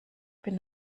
bin